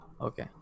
Okay